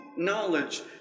Knowledge